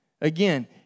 Again